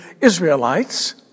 Israelites